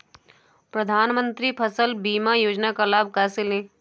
प्रधानमंत्री फसल बीमा योजना का लाभ कैसे लें?